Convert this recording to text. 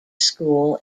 school